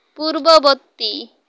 ପୂର୍ବବର୍ତ୍ତୀ